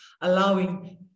allowing